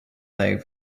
leg